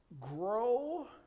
grow